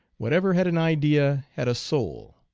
whatever had an idea had a soul.